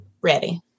Ready